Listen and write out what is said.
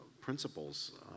principles